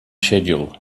schedule